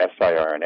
siRNA